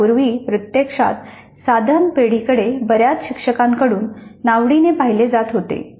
यापूर्वी प्रत्यक्षात साधन पेढीकडे बऱ्याच शिक्षकांकडून नावडीने पाहिले जात होते